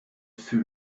fut